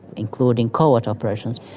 including covert operations.